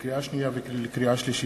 לקריאה שנייה ולקריאה שלישית: